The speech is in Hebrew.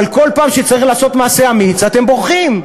אבל בכל פעם שצריך לעשות מעשה אמיץ, אתם בורחים.